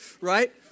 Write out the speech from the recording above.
right